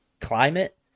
climate